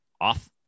off